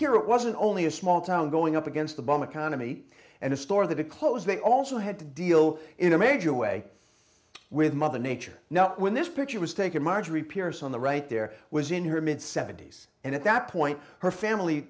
here it wasn't only a small town going up against the bum economy and a store that it closed they also had to deal in a major way with mother nature now when this picture was taken marjorie pierce on the right there was in her mid seventy's and at that point her family